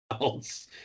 else